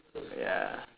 ya